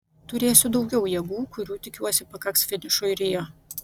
turėsiu daugiau jėgų kurių tikiuosi pakaks finišui rio